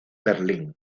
berlín